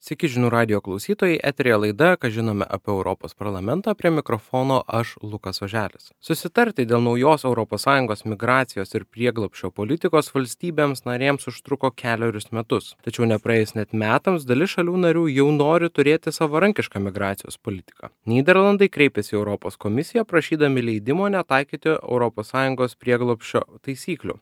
sveiki žinių radijo klausytojai eteryje laida ką žinom apie europos parlamentą prie mikrofono aš lukas oželis susitarti dėl naujos europos sąjungos migracijos ir prieglobsčio politikos valstybėms narėms užtruko kelerius metus tačiau nepraėjus net metams dalis šalių narių jau nori turėti savarankišką migracijos politiką nyderlandai kreipėsi į europos komisiją prašydami leidimo netaikyti europos sąjungos prieglobsčio taisyklių